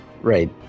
right